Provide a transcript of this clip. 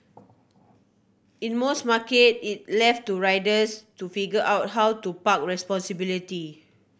in most markets it left to riders to figure out how to park responsibility